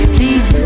Please